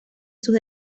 sus